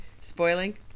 spoiling